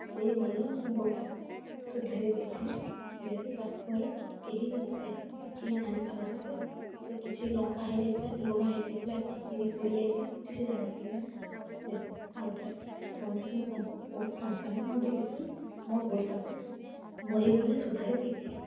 ସେଇ ଭଳିଆ ମୁଁ ଭୁଲଟାକୁ ସୁଧାରି ଦେଇଥିଲି ଯେହେତୁ ଶାଶୁଘରେ କେହି ଏତ କେହି ଜାଣିପାରିନଥିଲେ ଯେ କିଛି ଲଙ୍କା ହେଇଯାଇଥିଲା କି ଲୁଣ ହେଇଯାଇଥିଲା କି ଖିରି ପୋଡ଼ିଯାଇଥିଲା କିଛି ସେ ଜାଣିପାରିଲେନି ଯେତ ଆଉ ଥରେ ବନେଇକି ମୁଁ ତାଙ୍କୁ ବହୁତ କମ୍ ସମୟରେ ମୁଁ ଦେଇଦେଇଥିଲି ମୋ ଭୁଲଟାକୁ ମୁଁ ଏଇଭଳିଆ ସୁଧାରି ଦେଇଥିଲି